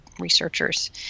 researchers